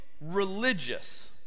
religious